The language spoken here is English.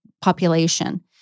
population